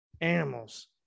animals